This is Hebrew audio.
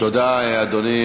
תודה, אדוני.